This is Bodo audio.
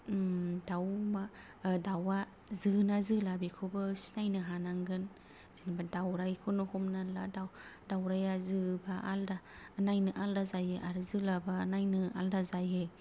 दाउ मा दाउआ जो ना जोला बेखौबो सिनायनो हानांगोन नैबे दाउरायखौनो हमना ला दाउराइआ जोबा आलदा नायनो आलदा जायो आरो जोलाबा नायनो आलदा जायो